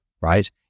right